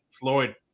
Floyd